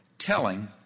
Telling